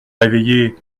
réveillée